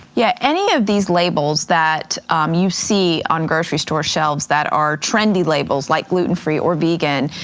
yeah, any of these labels that um you see on grocery store shelves that are trendy labels like gluten free or vegan,